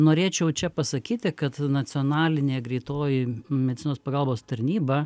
norėčiau čia pasakyti kad nacionalinė greitoji medicinos pagalbos tarnyba